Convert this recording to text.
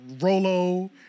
Rolo